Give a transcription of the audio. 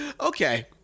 okay